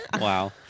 Wow